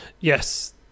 Yes